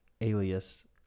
alias